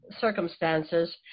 circumstances